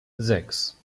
sechs